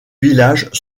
village